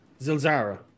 Zilzara